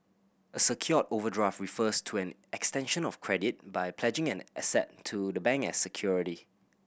a secured overdraft refers to an extension of credit by pledging an asset to the bank as security